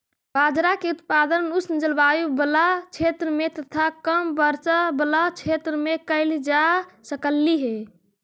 बाजरा के उत्पादन उष्ण जलवायु बला क्षेत्र में तथा कम वर्षा बला क्षेत्र में कयल जा सकलई हे